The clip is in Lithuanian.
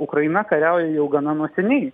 ukraina kariauja jau gana nuo seniai